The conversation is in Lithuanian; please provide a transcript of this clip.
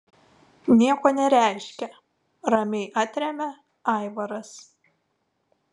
nieko nereiškia ramiai atremia aivaras